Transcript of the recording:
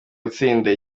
gutsinda